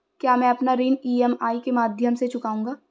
क्या मैं अपना ऋण ई.एम.आई के माध्यम से चुकाऊंगा?